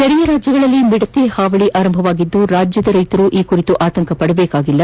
ನೆರೆಯ ರಾಜ್ಯಗಳಲ್ಲಿ ಮಿಡತೆ ಹಾವಳಿ ಆರಂಭಗೊಂಡಿದ್ದು ರಾಜ್ಯದ ರೈತರು ಈ ಕುರಿತು ಆತಂಕ ಪದಬೇಕಾಗಿಲ್ಲ